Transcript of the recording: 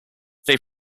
they